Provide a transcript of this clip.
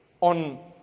on